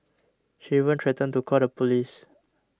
she even threatened to call the police